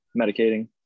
medicating